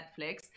Netflix